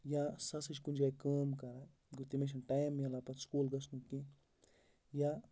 یا سُہ ہَسا چھِ کُنہِ جاے کٲم کَران گوٚو تٔمِس چھِنہٕ ٹایم مِلان پَتہٕ سکوٗل گژھُنک کینٛہہ یا